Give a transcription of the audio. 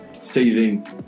saving